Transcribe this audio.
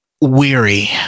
weary